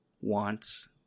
wants